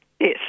Yes